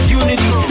unity